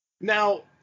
Now